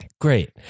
great